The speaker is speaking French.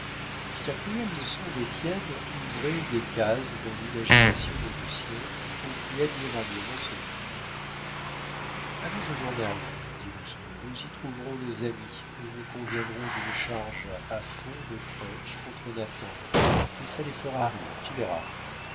la cruelle leçon d'étienne ouvrait des cases dans l'imagination de lucien qui comprit admirablement ce métier allons au journal dit lousteau nous y trouverons nos amis et nous conviendrons d'une charge à fond de train contre nathan et ça les fera rire tu verras